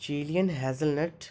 Chilean hazel nut